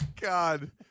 God